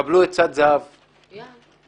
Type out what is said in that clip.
קבלו עצת זהב ממני,